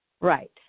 right